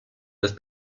with